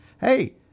Hey